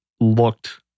looked